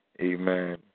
amen